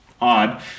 odd